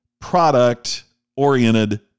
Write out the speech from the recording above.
product-oriented